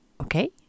okay